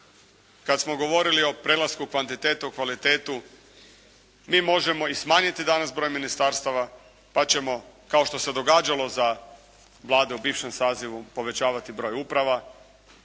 kad smo govorili o prelasku kvantiteta u kvalitetu mi možemo i smanjiti danas broj ministarstava pa ćemo kao što se događalo za vlade u bivšem sazivu povećavati broj uprava.